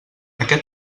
aquest